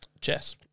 Chess